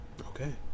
okay